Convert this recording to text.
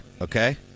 Okay